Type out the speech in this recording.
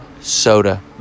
Soda